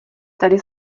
tady